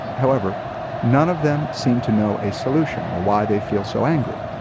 however none of them seem to know a solution or why they feel so angry.